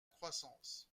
croissance